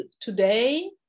today